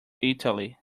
italy